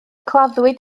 claddwyd